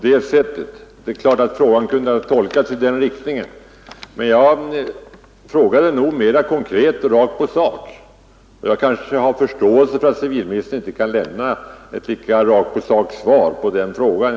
Det är klart att frågan kunde ha tolkats i den riktningen, men jag ställde den mera konkret och rakt på sak. Jag har förståelse för att civilministern inte kan lämna ett svar som är lika rakt på sak.